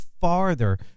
farther